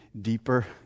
deeper